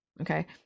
okay